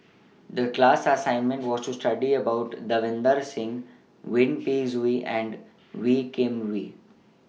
The class assignment was to study about Davinder Singh Yip Pin Xiu and Wee Kim Wee